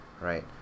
Right